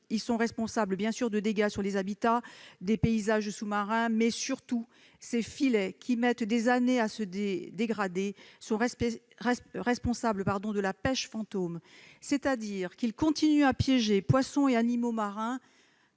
Ils sont responsables de dégâts sur les habitats, les paysages sous-marins, mais, surtout, ces filets, qui mettent des années à se dégrader, sont responsables de la pêche fantôme, c'est-à-dire qu'ils continuent à piéger poissons et animaux marins